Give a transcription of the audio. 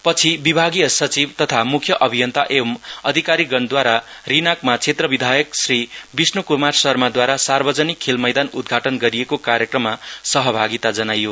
पछि विभागीय सचिव तथा मुख्य अभियन्ता एवं अधिकारीगणद्वारा रिनाकका क्षेत्र विधायक श्री विष्णुक्मार शर्माद्वारा सार्वजनिक खेल मैदान उद्घाटन गरिएको कार्यक्रममा सहभागिता जनाइयो